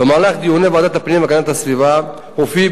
במהלך דיוני ועדת הפנים והגנת הסביבה הופיעו